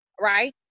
right